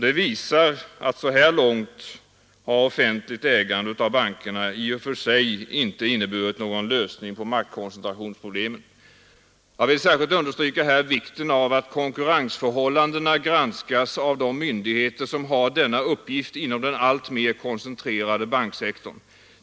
Det visar, att så här långt har offentligt ägande av banker inte inneburit någon lösning på maktkoncentrationsproblemen. Jag vill särskilt understryka vikten av att konkurrensförhållandena granskas av de myndigheter som har denna uppgift inom den alltmer koncentrerade banksektorn.